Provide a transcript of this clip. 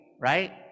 right